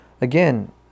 again